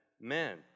men